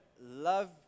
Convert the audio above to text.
love